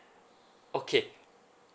okay